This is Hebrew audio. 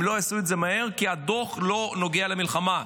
הם לא יעשו את זה מהר, כי הדוח לא נוגע למלחמה,